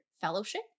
Fellowship